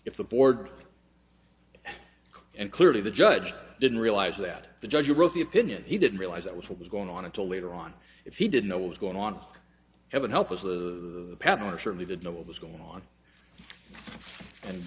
if the board and clearly the judge didn't realize that the judge who wrote the opinion he didn't realize that was what was going on until later on if he didn't know what was going on heaven help us the people or certainly did know what was going on and